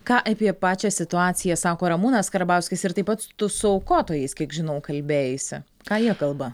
ką apie pačią situaciją sako ramūnas karbauskis ir taip pat tu su aukotojais kiek žinau kalbėjaisi ką jie kalba